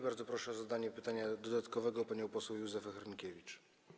Bardzo proszę o zadanie pytania dodatkowego panią poseł Józefę Hrynkiewicz.